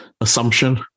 assumption